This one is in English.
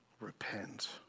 Repent